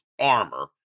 armor